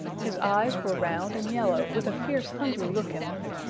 his eyes were round and yellow with a fierce hungry look in them.